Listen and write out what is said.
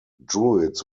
druids